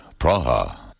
Praha